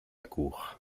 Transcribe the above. cour